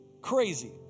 Crazy